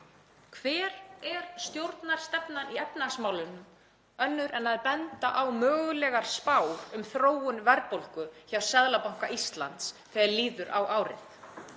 Hver er stjórnarstefnan í efnahagsmálunum, önnur en að benda á mögulegar spár um þróun verðbólgu hjá Seðlabanka Íslands þegar líður á árið?